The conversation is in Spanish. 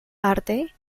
arte